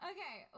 Okay